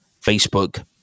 Facebook